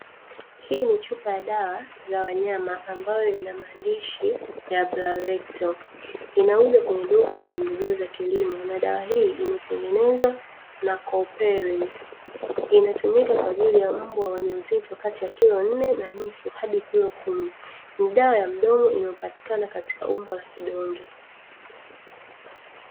Hii ni chupa ya dawa za wanyama ambayo inamaandishi ya ¨BRAVECTO' inauzwa kwenye duka la pembejeo za kilimo. Na dawa hii imetengenezwa na koperizi inatumika kwa ajili ya mbwa wenye uzito kati ya kilo nne na nusu hadi kilo kumi ni dawa ya mdomo inayopatikana katika umbo la kidonge.